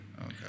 Okay